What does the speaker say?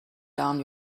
down